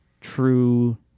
true